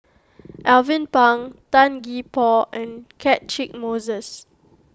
Alvin Pang Tan Gee Paw and Catchick Moses